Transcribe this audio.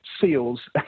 seals